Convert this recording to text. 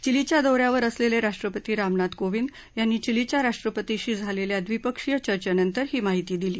चिलीच्या दौ यावर असलेले राष्ट्रपती रामनाथ कोविंद यांनी चिलीच्या राष्ट्रपतींशी झालेल्य द्विपक्षीय चर्चेनंतर ही माहिती दिली